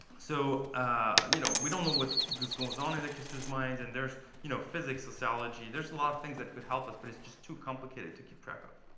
so ah you know we don't know what goes goes on in the kissers minds. and there's, you know, physics, sociology. there's a lot of things that could help us, but it's just too complicated to keep track of,